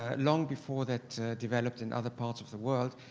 ah long before that developed in other parts of the world.